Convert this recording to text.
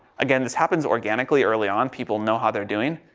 again, this happens organically early on, people know how they're doing.